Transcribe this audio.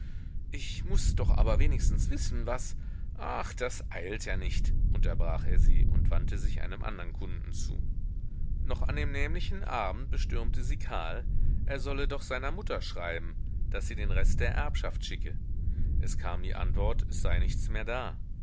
ich muß doch aber wenigstens wissen was ach das eilt ja nicht unterbrach er sie und wandte sich einem andern kunden zu noch an dem nämlichen abend bestürmte sie karl er solle doch seiner mutter schreiben daß sie den rest der erbschaft schicke es kam die antwort es sei nichts mehr da